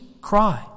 cry